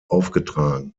aufgetragen